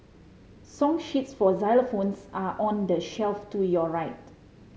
song sheets for xylophones are on the shelf to your right